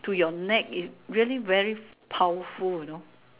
to your neck its really very powerful you know